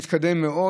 התקדם מאוד.